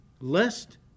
lest